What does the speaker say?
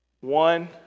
One